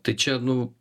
tai čia nu